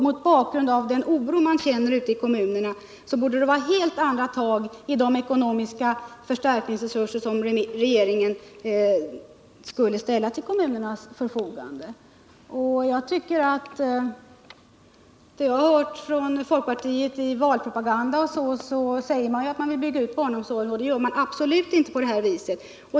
Mot bakgrund av den oro man känner ute i kommunerna borde det vara helt andra tag när det gäller de ekonomiska förstärkningsresurser som regeringen skulle ställa till kommunernas förfogande. I sin valpropaganda säger folkpartiet att man vill bygga ut barnomsorgen, men det gör man absolut inte på detta vis.